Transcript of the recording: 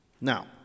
Now